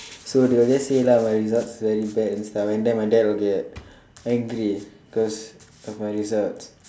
so they will just say lah my results very bad and stuff and then my dad will be like angry cause of my results